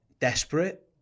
desperate